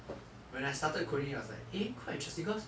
when I started coding I was like eh quite interesting cause